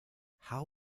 how